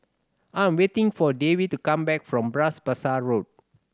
I'm waiting for Davie to come back from Bras Basah Road